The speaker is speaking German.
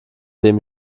dem